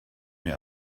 mir